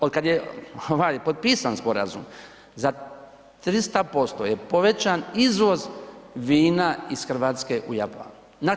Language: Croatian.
Od kad je ovaj potpisan sporazum za 300% je povećan izvoz vina iz Hrvatske u Japan.